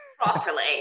Properly